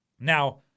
Now